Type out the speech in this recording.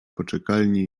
poczekalni